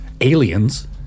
aliens